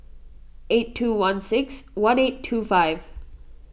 eight two one six one eight two five